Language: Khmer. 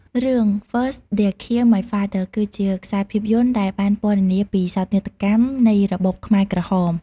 រឿង First They Killed My Father គឺជាខ្សែភាពយន្តដែលបានពណ៌នាពីសោកនាដកម្មនៃរបបខ្មែរក្រហម។